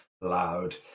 loud